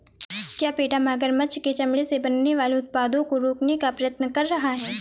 क्या पेटा मगरमच्छ के चमड़े से बनने वाले उत्पादों को रोकने का प्रयत्न कर रहा है?